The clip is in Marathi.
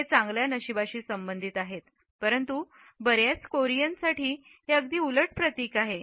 हे चांगल्या नशीबाशी संबंधित आहे परंतु बर्याच कोरीयनांसाठी हे अगदी उलट प्रतीक आहे